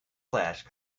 flash